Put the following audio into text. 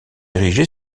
érigée